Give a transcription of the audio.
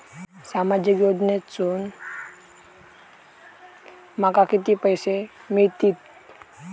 सामाजिक योजनेसून माका किती पैशे मिळतीत?